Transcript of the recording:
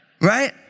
Right